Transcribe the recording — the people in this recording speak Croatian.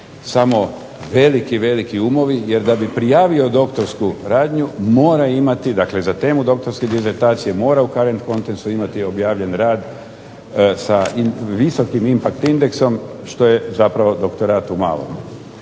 samo veliki umovi, jer da bi prijavio doktorsku radnju, za temu doktorske disertacije mora ... imati objavljen rad sa visokim impact indeksom što je zapravo doktorat u malom.